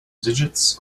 digits